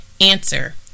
Answer